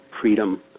freedom